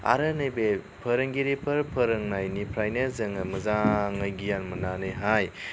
आरो नैबे फोरोंगिरिफोर फोरोंनायनिफ्रायनो जों मोजाङै गियान मोन्नानैहाय